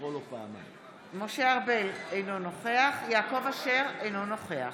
אינו נוכח יעקב אשר, אינו נוכח